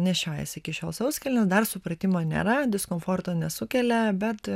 nešioja jis iki šiol sauskelnių dar supratimo nėra diskomforto nesukelia bet